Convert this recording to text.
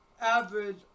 average